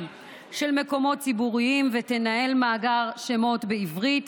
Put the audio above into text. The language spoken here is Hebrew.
של מקומות ציבוריים ותנהל מאגר שמות בעברית,